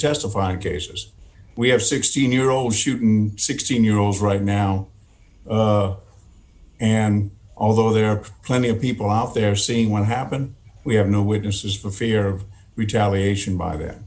testify in cases we have sixteen year old shooting sixteen year olds right now and although there are plenty of people out there seeing what happen we have new witnesses for fear of retaliation by th